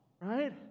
Right